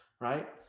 right